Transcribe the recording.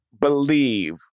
believe